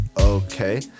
okay